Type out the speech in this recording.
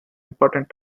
important